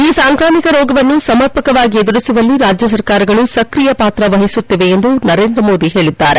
ಈ ಸಾಂಕ್ರಾಮಿಕ ರೋಗವನ್ನು ಸಮರ್ಪಕವಾಗಿ ಎದುರಿಸುವಲ್ಲಿ ರಾಜ್ಯ ಸರ್ಕಾರಗಳು ಸಕ್ರಿಯ ಪಾತ್ರ ವಹಿಸುತ್ತಿವೆ ಎಂದು ನರೇಂದ ಮೋದಿ ಹೇಳಿದ್ದಾರೆ